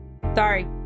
sorry